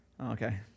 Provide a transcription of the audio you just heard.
Okay